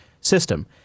system